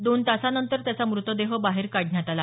दोन तासानंतर त्याचा मुतदेह बाहेर काढण्यात आला